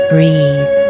Breathe